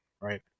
right